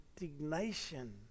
indignation